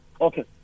Okay